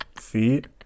feet